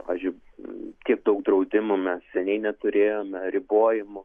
pavyzdžiui tiek daug draudimų mes seniai neturėjome ribojimų